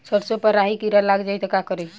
सरसो पर राही किरा लाग जाई त का करी?